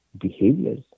behaviors